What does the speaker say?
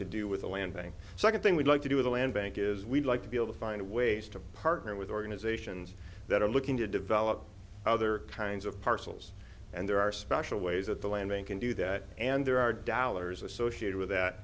to do with the landing second thing we'd like to do with a land bank is we'd like to be able to find ways to partner with organizations that are looking to develop other kinds of parcels and there are special ways that the landing can do that and there are dollars associated with that